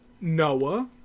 Noah